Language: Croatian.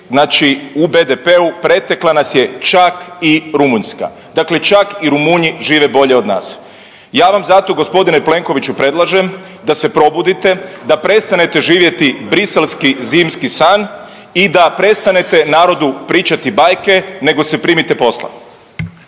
znači u BDP-u pretekla nas je čak i Rumunjska, dakle čak i Rumunji žive bolje od nas. Ja vam zato g. Plenkoviću predlažem da se probudite, da prestanete živjeti briselski zimski san i da prestanete narodu pričati bajke nego se primite posla.